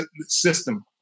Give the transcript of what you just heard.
system